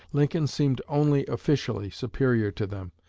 lincoln seemed only officially superior to them.